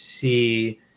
see